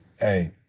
hey